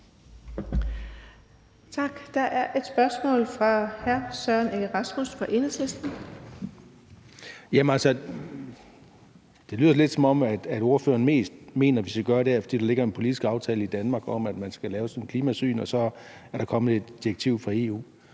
Tak. Der er et spørgsmål fra hr. Søren Egge Rasmussen fra Enhedslisten. Kl. 15:54 Søren Egge Rasmussen (EL): Det lyder lidt, som om ordføreren mest mener, at vi skal gøre det her, fordi der ligger en politisk aftale i Danmark om, at man skal lave sådan et klimasyn, og så er der kommet et direktiv fra EU.